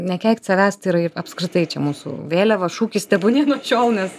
nekeikt savęs tai yra ir apskritai čia mūsų vėliava šūkis tebūnie nuo šiol nes